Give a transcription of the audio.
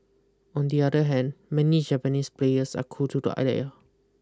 on the other hand many Japanese players are cool to the idea